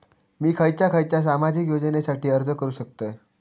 मी खयच्या खयच्या सामाजिक योजनेसाठी अर्ज करू शकतय?